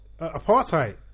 Apartheid